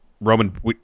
Roman